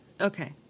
Okay